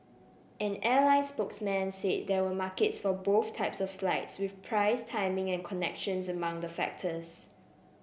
an airline spokesman said there were markets for both types of flights with price timing and connections among the factors